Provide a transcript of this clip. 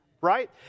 right